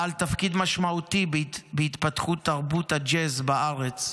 בעל תפקיד משמעותי בהתפתחות תרבות הג'אז בארץ,